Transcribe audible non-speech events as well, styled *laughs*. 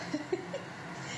*laughs*